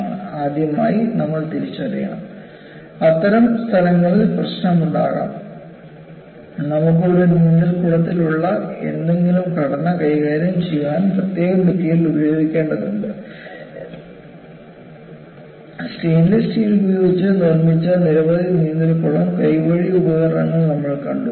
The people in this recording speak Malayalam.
ആദ്യമായി നമ്മൾ തിരിച്ചറിയണം അത്തരം സ്ഥലങ്ങളിൽ പ്രശ്നമുണ്ടാകാം നമുക്ക് ഒരു നീന്തൽക്കുളത്തിൽ ഉള്ള ഏതെങ്കിലും ഘടന കൈകാര്യം ചെയ്യാൻ പ്രത്യേക മെറ്റീരിയൽ ഉപയോഗിക്കേണ്ടതുണ്ട് സ്റ്റെയിൻലെസ് സ്റ്റീൽ ഉപയോഗിച്ച് നിർമ്മിച്ച നിരവധി നീന്തൽക്കുളം കൈവഴി ഉപകരണങ്ങൾ നിങ്ങൾ കണ്ടു